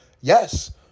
Yes